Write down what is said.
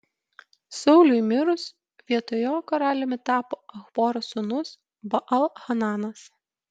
sauliui mirus vietoj jo karaliumi tapo achboro sūnus baal hananas